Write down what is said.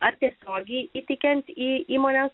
ar tiesiogiai įteikiant į įmonės